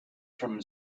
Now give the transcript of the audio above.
from